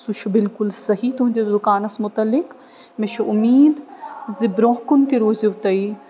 سُہ چھُ بلکُل صحیح تُہنٛدِس دُکانَس متعلق مےٚ چھِ اُمیٖد زِ برٛونٛہہ کُن تہِ روزِو تُہۍ